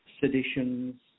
Seditions